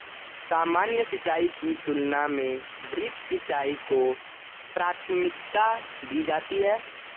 सामान्य सिंचाई की तुलना में ड्रिप सिंचाई को प्राथमिकता दी जाती है